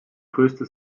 größte